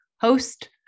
host